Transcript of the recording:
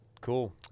Cool